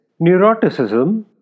neuroticism